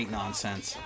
nonsense